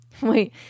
Wait